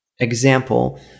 example